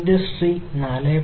industry 4